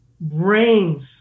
brains